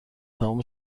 تمام